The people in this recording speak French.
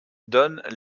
donnent